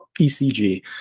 ECG